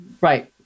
Right